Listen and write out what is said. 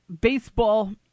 Baseball